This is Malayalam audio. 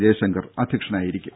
ജയശങ്കർ അധ്യക്ഷനായിരിക്കും